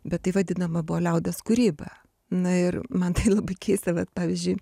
bet tai vadinama buvo liaudies kūryba na ir man tai labai keista vat pavyzdžiui